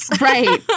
Right